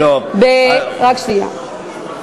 לא, רק שנייה.